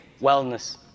wellness